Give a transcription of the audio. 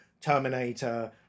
terminator